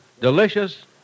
Delicious